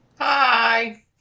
Hi